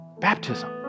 Baptism